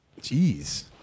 Jeez